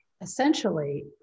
Essentially